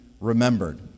remembered